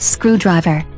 Screwdriver